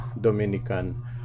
Dominican